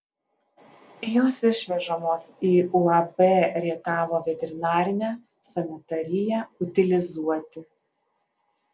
jos išvežamos į uab rietavo veterinarinę sanitariją utilizuoti